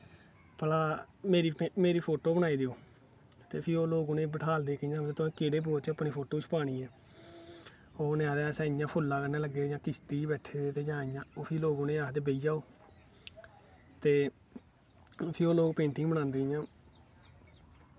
भला मेरी फोटो बनाई देओ फ्ही ओह् लोग उ'नेंगी बठालदे कि केह्ड़े पोज़ च तुसें अपनी फोटो छपानी ऐ ओह् इयां फुल्ला कन्नैं बैठे दे जां किश्ती च बैठे दे ओह् फ्ही लोग उ'नेंगी आखदे कि बेही जाओ ते फ्ही ओह् लोग पेंटिंग बनांदे इयां